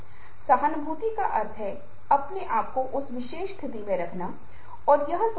जबकि दूसरा व्यक्ति आगे की ओर झुक रहा है और अपने घुटनों पर हाथ रखकर झुक रहा है उस व्यक्ति को अधीनता का सुझाव देता है जो यह व्यक्ति है